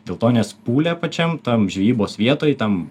dėl to nes pūle pačiam tam žvejybos vietoj tam